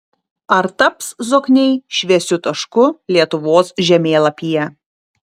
ar taps zokniai šviesiu tašku lietuvos žemėlapyje